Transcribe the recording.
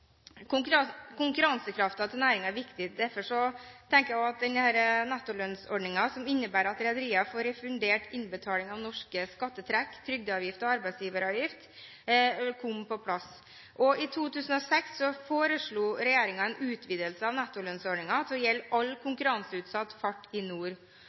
til næringen er viktig. Derfor tenker jeg også at det var viktig at denne nettolønnsordningen, som innebærer at rederiene får refundert innbetaling av norske skattetrekk, trygdeavgifter og arbeidsgiveravgift, kom på plass. I 2006 foreslo regjeringen en utvidelse av nettolønnsordningen til å gjelde all konkurranseutsatt fart i